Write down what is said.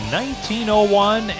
1901